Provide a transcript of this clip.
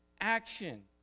action